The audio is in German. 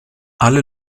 alle